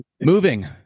Moving